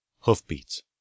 Hoofbeats